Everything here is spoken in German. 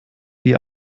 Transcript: die